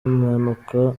mpanuka